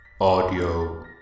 audio